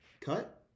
Cut